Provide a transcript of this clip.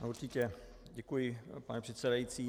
No určitě, děkuji, pane předsedající.